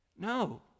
No